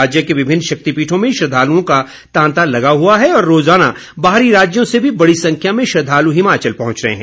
राज्य के विभिन्न शक्तिपीठों में श्रद्धालुओं का तांता लगा हुआ है और रोज़ाना बाहरी राज्यों से भी बड़ी संख्या में श्रद्धालु हिमाचल पहुंच रहे हैं